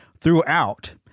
throughout